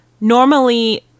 normally